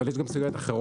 אבל יש גם סוגיות אחרות,